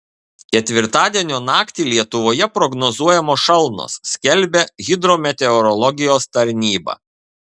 ketvirtadienio naktį lietuvoje prognozuojamos šalnos skelbia hidrometeorologijos tarnyba